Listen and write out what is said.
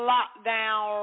Lockdown